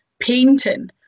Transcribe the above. painting